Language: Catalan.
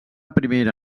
primera